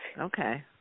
Okay